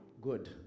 Good